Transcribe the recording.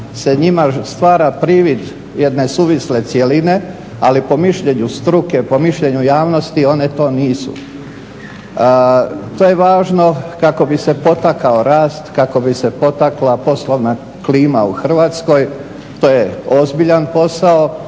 se njima stvara privid jedne suvisle cjeline, ali po mišljenju struke, po mišljenju javnosti one to nisu. To je važno kako bi se potakao rast, kako bi se potakla poslovna klima u Hrvatskoj, to je ozbiljan posao,